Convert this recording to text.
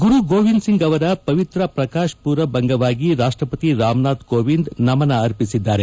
ಗುರು ಗೋವಿಂದ್ ಸಿಂಗ್ ರವರ ಪವಿತ್ರ ಪ್ರಕಾಶ್ ಪೂರಬ್ ಅಂಗವಾಗಿ ರಾಷ್ಟಪತಿ ರಾಮನಾಥ್ ಕೋವಿಂದ್ ನಮನ ಅರ್ಪಿಸಿದ್ದಾರೆ